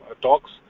talks